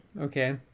Okay